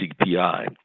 CPI